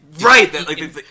Right